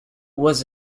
was